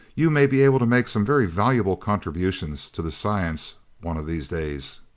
you may be able to make some very valuable contributions to the science one of these days.